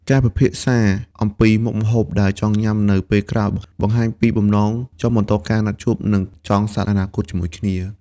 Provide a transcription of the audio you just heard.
ការពិភាក្សាអំពីមុខម្ហូបដែលចង់ញ៉ាំនៅពេលក្រោយ បង្ហាញពីបំណងចង់បន្តការណាត់ជួប និងចង់សាងអនាគតជាមួយគ្នា។